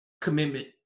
commitment